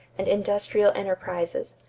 and industrial enterprises.